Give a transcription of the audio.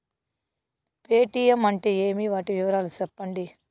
Paytm అంటే ఏమి, వాటి వివరాలు సెప్పండి?